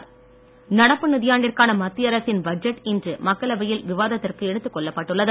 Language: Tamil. தடப்பு நிதியாண்டிற்கான மத்திய அரசின் பட்ஜெட் இன்று மக்களவையில் விவாதத்திற்கு எடுத்துக் கொள்ளப்பட்டுள்ளது